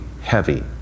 heavy